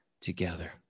together